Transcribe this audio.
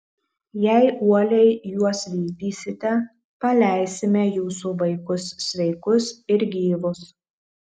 jei uoliai juos vykdysite paleisime jūsų vaikus sveikus ir gyvus